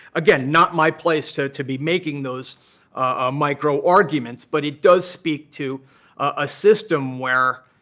again, not my place to to be making those ah micro-arguments. but it does speak to a system where